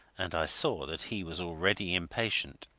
and i saw that he was already impatient.